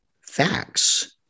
facts